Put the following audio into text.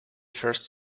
first